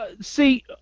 See